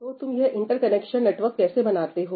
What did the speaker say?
तोतुम यह interconnection network कैसे बनाते हो